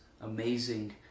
amazing